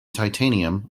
titanium